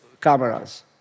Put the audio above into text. cameras